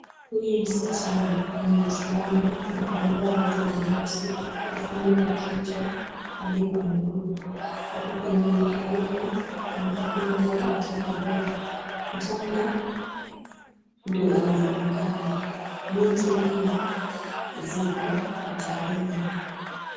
Huyu msichana ni mwislamu na amevaa vazi nyeusi kufunika kichwa, hadi kwa miguu. Ako kwenye imekauka na hakuna mvua hata kidogo. Mchanga ndio inaonekana. Miti pia ziko hatarini.